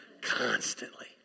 Constantly